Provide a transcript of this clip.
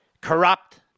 corrupt